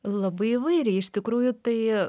labai įvairiai iš tikrųjų tai